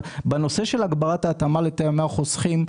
בנושא של הגברת ההתאמה לטעמי החוסכים,